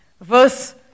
verse